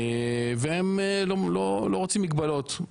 והם לא רוצים מגבלות,